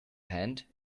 hand